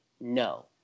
no